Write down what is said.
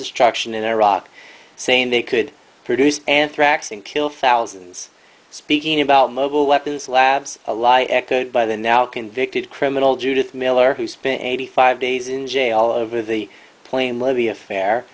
destruction in iraq saying they could produce anthrax and kill thousands speaking about mobile weapons labs a lie echoed by the now convicted criminal judith miller who spent eighty five days in jail over the plain levy affair